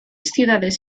ciudades